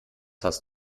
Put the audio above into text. hast